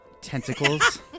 tentacles